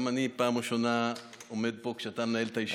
גם אני פעם ראשונה עומד פה כשאתה מנהל את הישיבה,